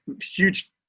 huge